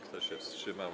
Kto się wstrzymał?